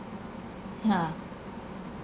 yeah